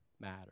matter